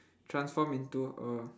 transform into a